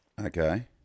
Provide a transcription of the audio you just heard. Okay